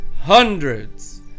hundreds